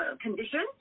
conditions